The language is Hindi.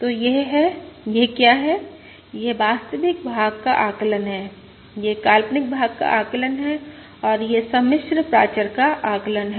तो यह है यह क्या है यह वास्तविक भाग का आकलन है यह काल्पनिक भाग का आकलन है और यह सम्मिश्र प्राचर का आकलन है